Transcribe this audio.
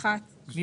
אם